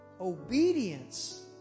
Obedience